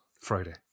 Friday